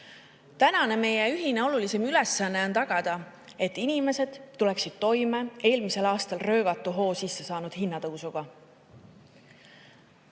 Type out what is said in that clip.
Täna on meie ühine olulisim ülesanne tagada, et inimesed tuleksid toime eelmisel aastal röögatu hoo sisse saanud